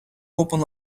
open